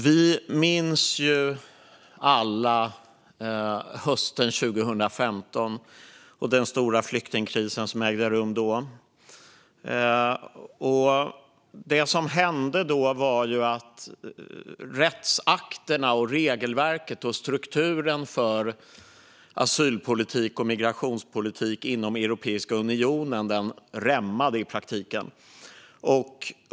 Vi minns alla hösten 2015 och den stora flyktingkris som ägde rum. Det som hände var att rättsakterna, regelverket och strukturen för asyl och migrationspolitik inom Europeiska unionen i praktiken rämnade.